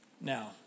Now